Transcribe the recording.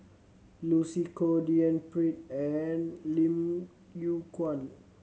Lucy Koh D N Pritt and Lim Yew Kuan